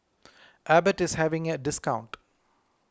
Abbott is having a discount